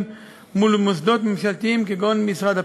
מול מוסדות ממשלתיים כגון משרד הפנים,